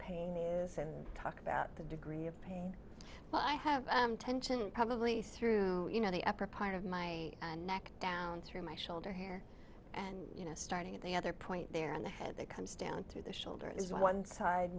pain is and talk about the degree of pain but i have tension probably through you know the upper part of my neck down through my shoulder here and you know starting at the other point there in the head that comes down to the shoulder is one side